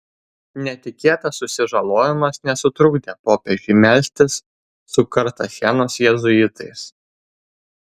netikėtas susižalojimas nesutrukdė popiežiui melstis su kartachenos jėzuitais